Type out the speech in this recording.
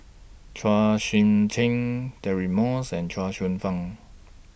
Chua Sian Chin Deirdre Moss and Chuang Hsueh Fang